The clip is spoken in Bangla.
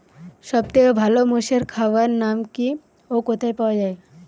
সব থেকে ভালো মোষের খাবার নাম কি ও কোথায় পাওয়া যায়?